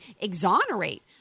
exonerate